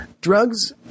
Drugs